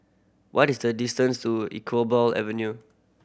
what is the distance to Iqbal Avenue